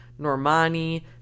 Normani